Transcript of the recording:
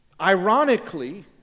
ironically